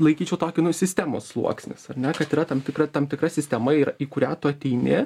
laikyčiau tokiu nu sistemos sluoksnis ar ne kad yra tam tikra tam tikra sistema yra į kurią tu ateini